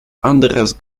anderes